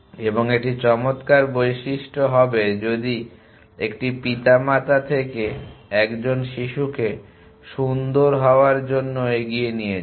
এবং এটি চমৎকার বৈশিষ্ট্য হবে যদি 1টি পিতামাতা থেকে একজন শিশুকে সুন্দর হওয়ার জন্য এগিয়ে নিয়ে যায়